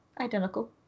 Identical